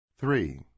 Three